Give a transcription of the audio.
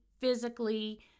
physically